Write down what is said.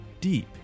deep